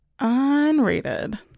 unrated